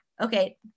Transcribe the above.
Okay